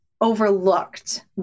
overlooked